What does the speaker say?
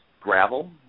gravel